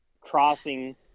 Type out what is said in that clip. crossing